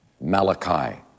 Malachi